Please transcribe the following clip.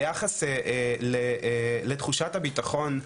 ביחס לתחושת הביטחון,